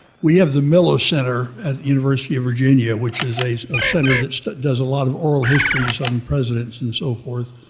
we have the miller center at the university of virginia, which is a center that does a lot of oral histories on presidents and so forth.